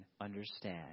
Understand